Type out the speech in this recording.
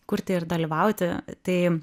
kurti ir dalyvauti tai